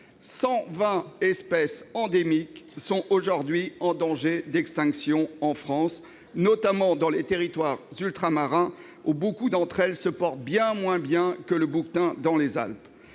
120 espèces endémiques sont en danger d'extinction en France, notamment dans les territoires ultramarins, où beaucoup de ces espèces se portent bien plus mal que le bouquetin dans les Alpes.